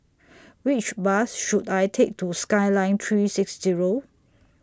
Which Bus should I Take to Skyline three six Zero